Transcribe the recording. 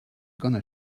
gonna